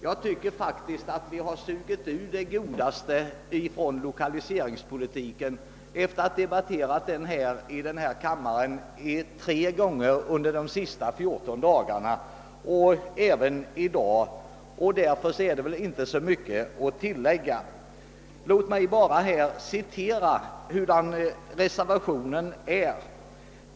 Jag tycker faktiskt vi har sugit ur det godaste ur lokaliseringspolitiken efter att ha debatterat den i kammaren tre gånger under de senaste 14 dagarna och även i dag. Därför finns det inte så mycket att tillägga. Låt mig bara citera något för att belysa reservationen.